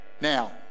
Now